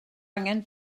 angen